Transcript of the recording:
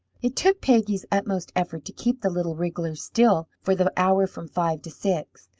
it took peggy's utmost effort to keep the little wriggler still for the hour from five to six.